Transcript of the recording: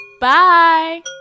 Bye